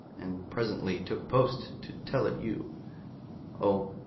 and presently took post to tell it you o,